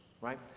right